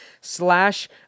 slash